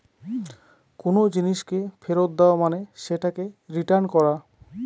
কোনো জিনিসকে ফেরত দেওয়া মানে সেটাকে রিটার্ন করা